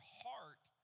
heart